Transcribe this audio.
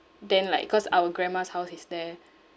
then like cause our grandma's house is there